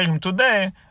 today